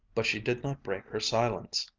but she did not break her silence.